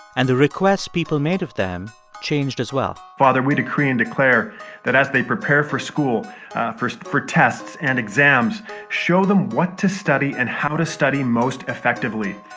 and the requests people made of them changed as well father, we decree and declare that, as they prepare for school for for tests and exams show them what to study and how to study most effectively.